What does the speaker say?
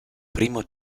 primo